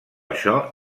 això